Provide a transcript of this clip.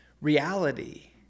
reality